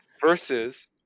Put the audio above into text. Versus